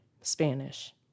Spanish